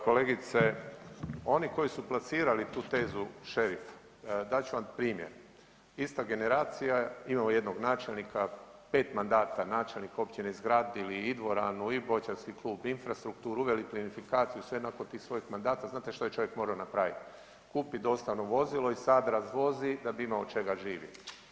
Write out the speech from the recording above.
Kolegice oni koji su plasirali tu tezu šerif, dat ću vam primjer, ista generacija imamo jednog načelnika, 5 mandata načelnik općine, izgradili i dvoranu i boćarski klub, infrastrukturu, uveli plinifikaciju i sve nakon tih svojih mandata znate šta je čovjek morao napraviti, kupit dostavno vozilo i sad razvozi da bi imao od čega živjeti.